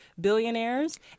billionaires